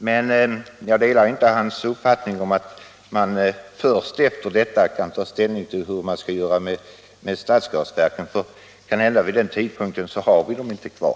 Men jag delar inte energiministerns uppfattning att man först efter ett sådant besked kan ta ställning till frågan om vad man skall göra med stadsgasverken, eftersom man kanhända inte har dem kvar vid den tidpunkten.